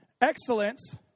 Excellence